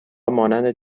مانند